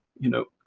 you know,